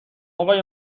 آقای